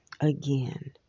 again